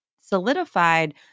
solidified